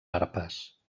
arpes